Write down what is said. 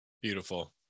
Beautiful